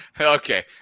okay